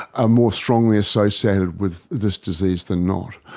are more strongly associated with this disease than not.